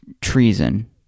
treason